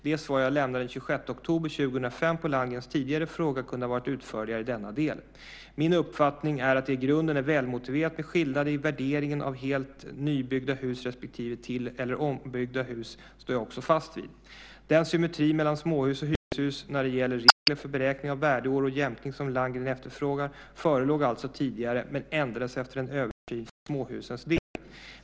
Det svar jag lämnade den 26 oktober 2005 på Landgrens tidigare fråga kunde ha varit utförligare i denna del. Min uppfattning att det i grunden är välmotiverat med skillnader i värderingen av helt nybyggda hus respektive till eller ombyggda hus står jag också fast vid. Den symmetri mellan småhus och hyreshus när det gäller regler för beräkning av värdeår och jämkning som Landgren efterfrågar förelåg alltså tidigare men ändrades efter en översyn för småhusens del.